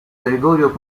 gregorio